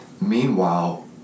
Meanwhile